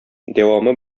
дәвамы